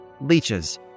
leeches